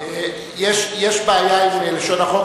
יש בעיה עם לשון החוק,